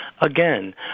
Again